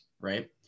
right